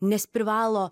nes privalo